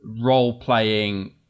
role-playing